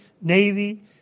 Navy